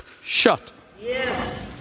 shut